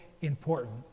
important